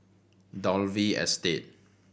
Dalvey Estate